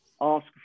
Ask